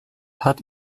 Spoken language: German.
hat